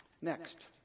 Next